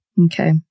Okay